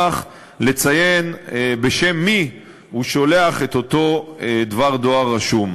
לציין בשם מי הוא שולח את אותו דבר דואר רשום.